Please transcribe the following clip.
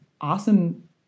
awesome